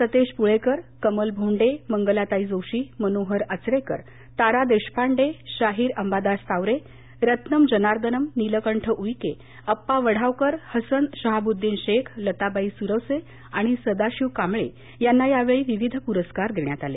सतीश पुळेकर कमल भोंडे मंगलाताई जोशी मनोहर आचरेकर तारा देशपांडे शाहीर अंबादास तावरे रत्नम जनार्दनम् नीलकंठ उईके अप्पा वढावकर हसन शहाबुद्दीन शेख लताबाई सुरवसे आणि सदाशिव कांबळे यांना यावेळी विविध पुरस्कार देण्यात आले